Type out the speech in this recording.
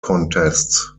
contests